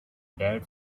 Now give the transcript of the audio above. dead